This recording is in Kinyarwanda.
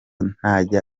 ntajya